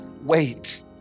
wait